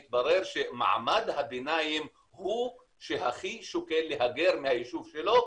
מתברר שמעמד הביניים הוא שהכי שוקל להגר מהיישוב שלו,